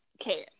okay